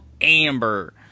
amber